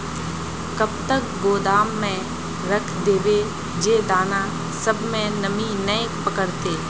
कब तक गोदाम में रख देबे जे दाना सब में नमी नय पकड़ते?